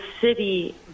city